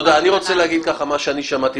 תודה כרמית.